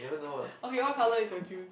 okay what color is your juice